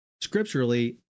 scripturally